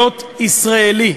להיות ישראלי,